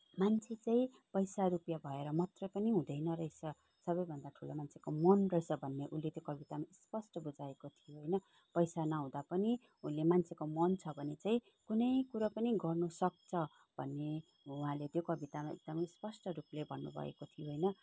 मान्छे चाहिँ पैसा रुपियाँ भएर मात्रै पनि हुँदैन रहेछ सबैभन्दा ठुलो मान्छेको मन रहेछ भन्ने उनले त्यो कवितामा स्पष्ट बुझाएको थियो होइन पैसा नहुँदा पनि उनले मान्छेको मन छ भने चाहिँ कुनै कुरा पनि गर्नु सक्छ भन्ने उहाँले त्यो कवितामा एकदमै स्पष्ट रूपले भन्नुभएको थियो होइन